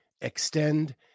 extend